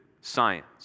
science